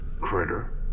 Critter